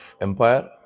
empire